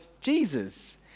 Jesus